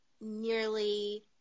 nearly